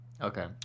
Okay